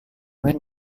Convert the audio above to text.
went